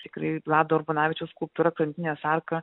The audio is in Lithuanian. tikrai vlado urbanavičiaus skulptūra krantinės arka